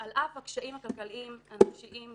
על אף הקשיים הכלכליים הנפשיים וכו'